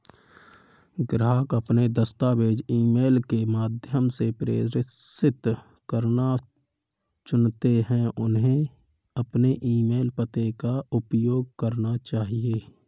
ग्राहक अपने दस्तावेज़ ईमेल के माध्यम से प्रेषित करना चुनते है, उन्हें अपने ईमेल पते का उपयोग करना चाहिए